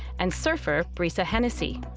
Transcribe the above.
and surfer, brisa hennessy.